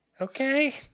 Okay